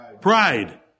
Pride